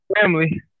family